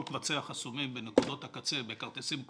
קבצי החסומים בנקודות הקצה בכרטיסים קפואים,